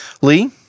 Lee